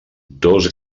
dos